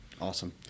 Awesome